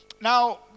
Now